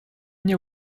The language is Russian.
мне